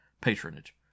patronage